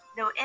no